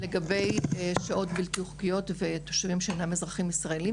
לגבי שוהות בלתי-חוקיות ותושבים שאינם אזרחים ישראלים,